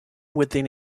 within